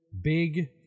Big